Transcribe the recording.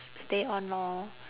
stay on lor